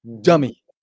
dummy